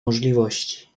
możliwości